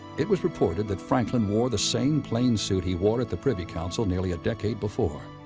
it was reported that franklin wore the same plain suit he wore at the privy council nearly a decade before.